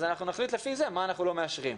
נחליט לפי זה מה אנחנו לא מאשרים.